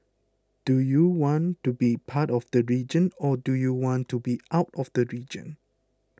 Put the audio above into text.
do you want to be part of the region or do you want to be out of the region